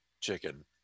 Chicken